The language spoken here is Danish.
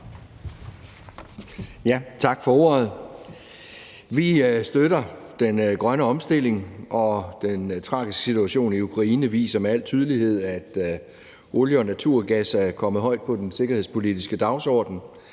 Tak for ordet. Vi støtter den grønne omstilling. Og den tragiske situation i Ukraine viser med al tydelighed, at olie og naturgas er kommet højt op på den sikkerhedspolitiske dagsorden.